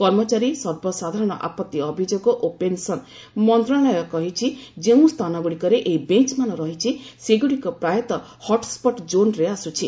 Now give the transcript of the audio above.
କର୍ମଚାରୀ ସର୍ବସାଧାରଣ ଆପତ୍ତି ଅଭିଯୋଗ ଓ ପେନସନ୍ ମନ୍ତ୍ରଣାଳୟ କହିଛି ଯେଉଁ ସ୍ଥାନଗୁଡ଼ିକରେ ଏହି ବେଞ୍ଚମାନ ରହିଛି ସେଗୁଡ଼ିକ ପ୍ରାୟତଃ ହଟ୍ସ୍କଟ୍ ଜୋନ୍ରେ ଆସୁଛି